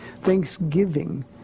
thanksgiving